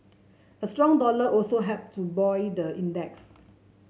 a strong dollar also helped to buoy the index